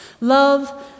love